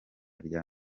rya